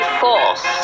force